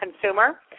consumer